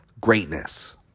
greatness